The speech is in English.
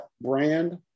brand